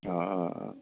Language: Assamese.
অঁ অঁ অঁ